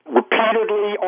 repeatedly